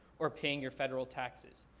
or paying your federal taxes.